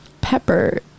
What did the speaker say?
pepper